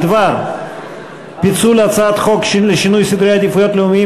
בדבר פיצול הצעת חוק לשינוי סדרי עדיפויות לאומיים